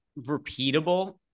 repeatable